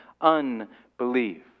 unbelief